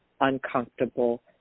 uncomfortable